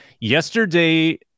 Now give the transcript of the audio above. Yesterday